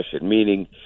meaning